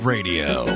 Radio